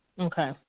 Okay